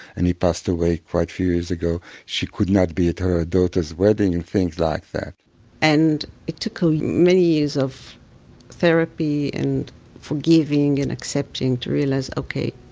and he passed away quite few years ago. she could not be at her daughter's wedding and things like that and, it took ah many years of therapy and forgiving and accepting to realize, ok,